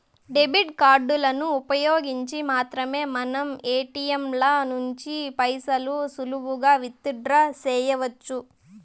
debit కార్డులను ఉపయోగించి మాత్రమే మనం ఏటియంల నుంచి పైసలు సులువుగా విత్ డ్రా సెయ్యొచ్చు